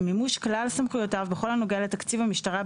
ומימוש כלל סמכויותיו בכל הנוגע לתקציב המשטרה,